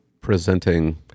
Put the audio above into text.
presenting